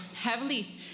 heavily